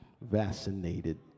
vaccinated